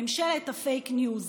ממשלת הפייק ניוז: